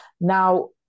Now